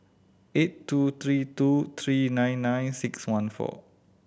eight two three two three nine nine six one four